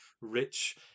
rich